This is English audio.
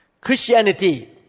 Christianity